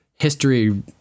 History